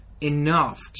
enough